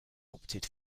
opted